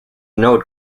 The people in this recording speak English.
node